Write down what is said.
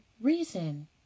reason